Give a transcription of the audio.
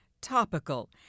topical